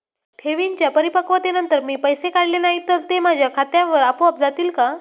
ठेवींच्या परिपक्वतेनंतर मी पैसे काढले नाही तर ते माझ्या खात्यावर आपोआप जातील का?